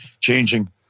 changing